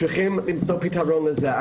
צריכים למצוא פתרון לזה.